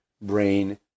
brain